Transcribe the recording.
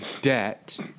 Debt